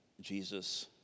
Jesus